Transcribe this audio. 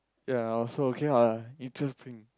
ya I also okay what interesting